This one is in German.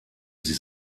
sie